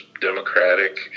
democratic